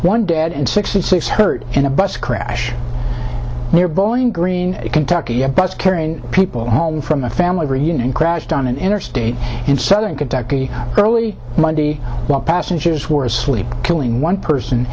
one dad and sixty six hurt in a bus crash near bowling green kentucky have bus carrying people home from a family reunion crashed on an interstate in southern kentucky early monday while passengers were asleep killing one person